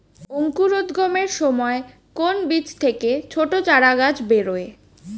অঙ্কুরোদ্গমের সময় কোন বীজ থেকে ছোট চারাগাছ বেরোয়